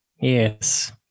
yes